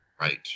right